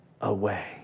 away